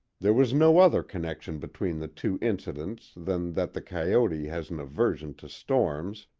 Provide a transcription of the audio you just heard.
there was no other connection between the two incidents than that the coyote has an aversion to storms,